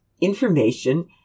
information